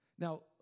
Now